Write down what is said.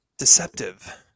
deceptive